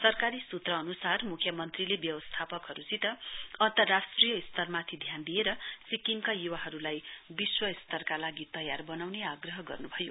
सरकारी सूत्र अनुसार मुख्य मन्त्रीले व्यवस्थापकहरुसित अन्तर्रास्ट्रिय स्तरमाथि ध्यान दिएर सिक्किमका युवाहरुलाई विश्व स्तरका लागि तयार बनाउने आग्रह गर्नुभयो